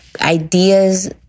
ideas